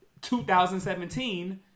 2017